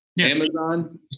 Amazon